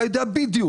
אתה יודע בדיוק.